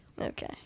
Okay